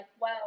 wow